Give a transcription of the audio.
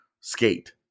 skate